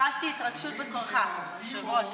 חשתי התרגשות בקולך, היושב-ראש.